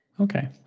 Okay